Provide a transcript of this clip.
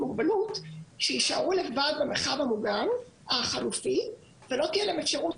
מוגבלות שיישארו לבד במרחב המוגן החלופי ולא תהיה להם אפשרות